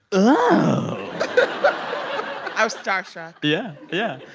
oh i was starstruck yeah. yeah.